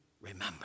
remember